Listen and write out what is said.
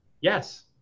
yes